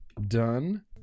done